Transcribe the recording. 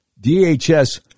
DHS